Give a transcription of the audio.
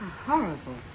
Horrible